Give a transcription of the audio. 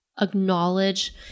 acknowledge